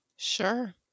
Sure